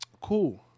cool